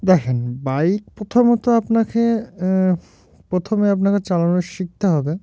দেখেন বাইক প্রথমত আপনাকে প্রথমে আপনাকে চালানো শিখতে হবে